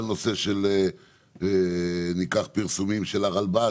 הנושא של פרסומי הרשות הלאומית לבטיחות בדרכים,